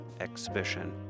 exhibition